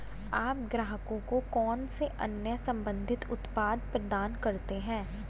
आप ग्राहकों को कौन से अन्य संबंधित उत्पाद प्रदान करते हैं?